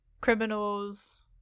criminals